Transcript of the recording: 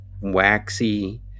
waxy